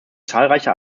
zahlreicher